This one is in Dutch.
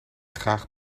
graag